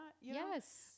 Yes